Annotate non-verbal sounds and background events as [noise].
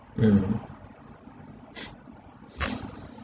mmhmm [noise] [noise]